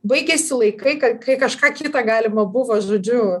baigėsi laikai kai kažką kita galima buvo žodžiu